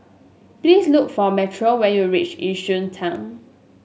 please look for Metro when you reach Yishun Town